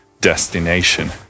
destination